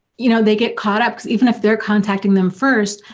you know they get caught up, even if they're contacting them first,